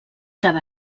cada